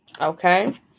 okay